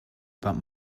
about